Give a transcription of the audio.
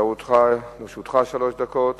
לרשותך שלוש דקות.